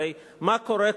הרי מה קורה כאן,